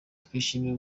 twishimiye